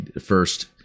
First